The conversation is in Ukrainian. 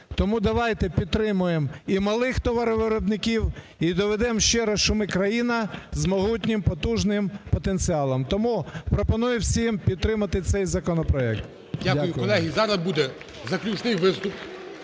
Тому давайте підтримаємо і малих товаровиробників, і доведемо ще раз, що ми країна з могутнім, потужним потенціалом. Тому пропоную всім підтримати цей законопроект. Дякую. ГОЛОВУЮЧИЙ. Дякую. Колеги, зараз буде заключний виступ.